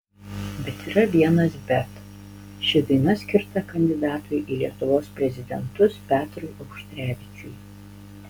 bet yra vienas bet ši daina skirta kandidatui į lietuvos prezidentus petrui auštrevičiui